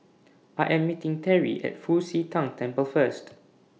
I Am meeting Teri At Fu Xi Tang Temple First